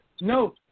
no